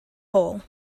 hole